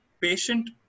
patient